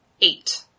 Eight